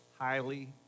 highly